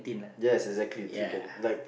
yes exactly so you can like